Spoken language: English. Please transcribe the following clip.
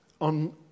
On